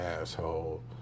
asshole